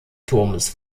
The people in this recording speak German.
turmes